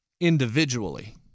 individually